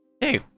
Hey